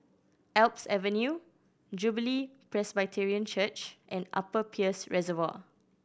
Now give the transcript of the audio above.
Alps Avenue Jubilee Presbyterian Church and Upper Peirce Reservoir